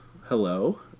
Hello